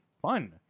fun